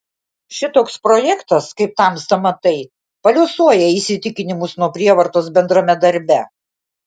šitoks projektas kaip tamsta matai paliuosuoja įsitikinimus nuo prievartos bendrame darbe